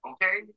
Okay